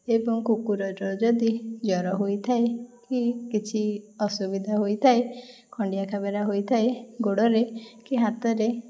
ଏବଂ କୁକୁରର ଯଦି ଜର ହୋଇଥାଏ କି କିଛି ଅସୁବିଧା ହୋଇଥାଏ ଖଣ୍ଡିଆ ଖାବରା ହୋଇଥାଏ ଗୋଡ଼ରେ କି ହାତରେ